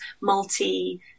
multi-